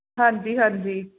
ਹਾਂਜੀ ਹਾਂਜੀ